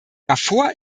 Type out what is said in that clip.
davor